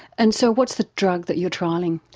and so what's the drug that you are trialling?